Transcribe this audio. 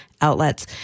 outlets